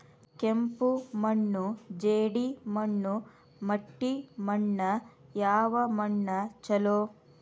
ಕೆಂಪು ಮಣ್ಣು, ಜೇಡಿ ಮಣ್ಣು, ಮಟ್ಟಿ ಮಣ್ಣ ಯಾವ ಮಣ್ಣ ಛಲೋ?